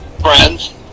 friends